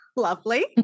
Lovely